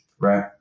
right